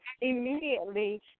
immediately